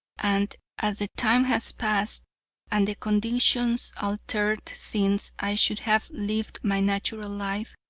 and as the time has passed and the conditions altered since i should have lived my natural life,